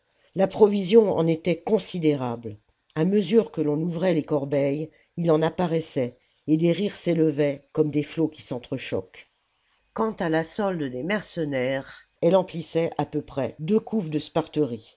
la provision en était on dérable à mesure que l'on ouvrait les corbeilles il en apparaissait et des rires s'élevaient comme des flots qui s'entre-choquent quant à la solde des mercenaires elle emplissait à peu près deux couffes de